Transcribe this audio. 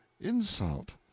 insult